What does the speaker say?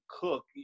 Cook